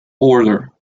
order